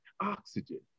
Oxygen